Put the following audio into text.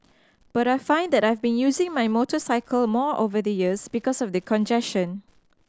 but I find that I've been using my motorcycle more over the years because of the congestion